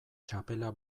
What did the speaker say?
txapela